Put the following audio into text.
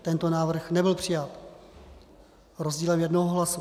Tento návrh nebyl přijat s rozdílem jednoho hlasu.